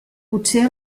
potser